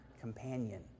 companion